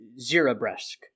Zirabresk